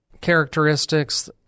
characteristics